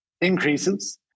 increases